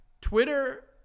Twitter